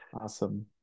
awesome